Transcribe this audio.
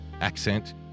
accent